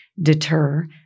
deter